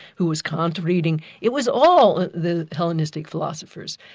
who was kant reading, it was all the hellenistic philosophers.